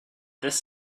this